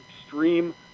extreme